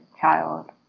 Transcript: child